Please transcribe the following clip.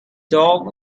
dog